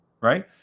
right